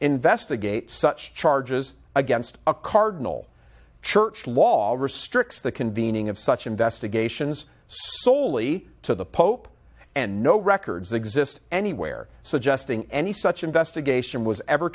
investigate such charges against a cardinal church law restricts the convening of such investigations soley to the pope and no records exist anywhere suggesting any such investigation was ever